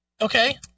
Okay